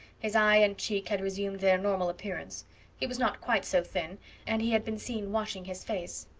his eye and cheek had resumed their normal appearance he was not quite so thin and he had been seen washing his face.